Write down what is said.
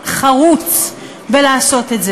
אתה,